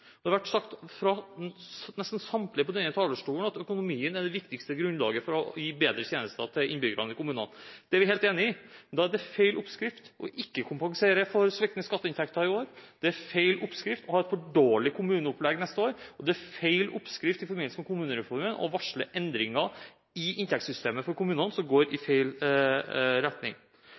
Nesten samtlige på denne talerstolen har sagt at økonomien er det viktigste grunnlaget for å gi bedre tjenester til innbyggerne i kommunene. Det er vi helt enig i. Men da er det feil oppskrift ikke å kompensere for sviktende skatteinntekter i år. Det er feil oppskrift å ha for dårlig kommuneopplegg neste år, og det er feil oppskrift i forbindelse med kommunereformen å varsle endringer i inntektssystemet for kommunene som går i feil retning.